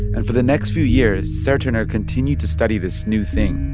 and for the next few years, serturner continued to study this new thing.